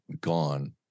gone